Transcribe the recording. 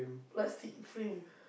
plastic frame